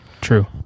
True